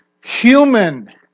human